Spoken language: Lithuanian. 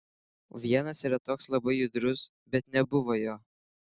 vienas yra toks labai judrus bet nebuvo jo